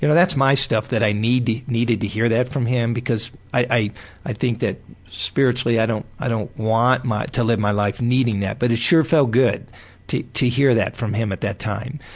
you know that's my stuff, that i needed needed to hear that from him because i i think that spiritually i don't i don't want to live my life needing that, but it sure felt good to to hear that from him at that time,